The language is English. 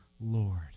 Lord